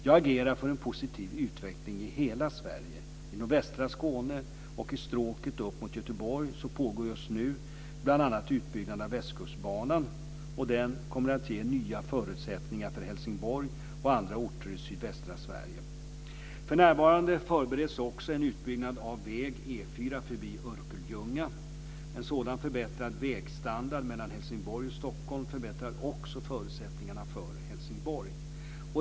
Jag agerar för en positiv utveckling i hela Sverige. I nordvästra Skåne och i stråket upp mot Göteborg pågår just nu bl.a. utbyggnad av Västkustbanan. Den kommer att ge nya förutsättningar för Helsingborg och andra orter i sydvästra Sverige. För närvarande förbereds också en utbyggnad av väg E 4 förbi Örkelljunga. En sådan förbättrad vägstandard mellan Helsingborg och Stockholm förbättrar också förutsättningarna för Helsingborg.